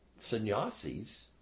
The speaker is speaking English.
sannyasis